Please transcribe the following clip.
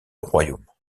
royaume